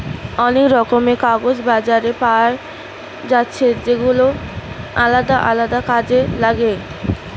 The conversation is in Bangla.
অনেক রকমের কাগজ বাজারে পায়া যাচ্ছে যেগুলা আলদা আলদা কাজে লাগে